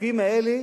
החוקים האלה